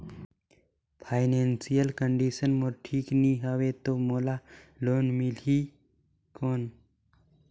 Financial condition मोर ठीक नी हवे तो मोला लोन मिल ही कौन??